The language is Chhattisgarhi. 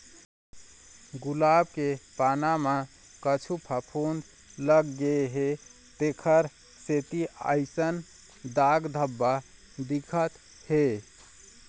गुलाब के पाना म कुछु फफुंद लग गे हे तेखर सेती अइसन दाग धब्बा दिखत हे